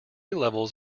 levels